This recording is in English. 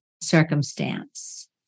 circumstance